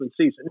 season